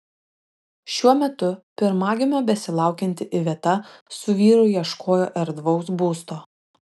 šiuo metu pirmagimio besilaukianti iveta su vyru ieškojo erdvaus būsto